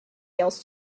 else